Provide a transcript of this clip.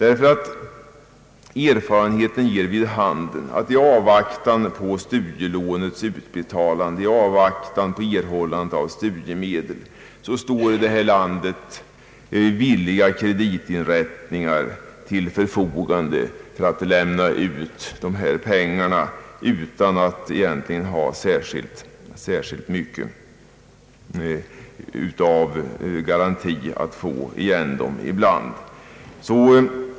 Erfafenheten ger nämligen vid handen att/stora kreditinrättningar här i landet i avvaktan på studielånets utbetalande och i avvaktan på beviljande av studiemedel står till förfogande för att lämna ut dessa pengar utan att egentligen alltid ha särskilt god garanti för att få igen beloppen.